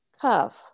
cuff